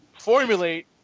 formulate